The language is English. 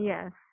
Yes